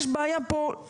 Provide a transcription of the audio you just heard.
יש פה בעיה מהותית.